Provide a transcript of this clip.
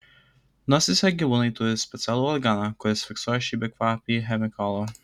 nosyse gyvūnai turi specialų organą kuris fiksuoja šį bekvapį chemikalą